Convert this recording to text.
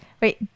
Wait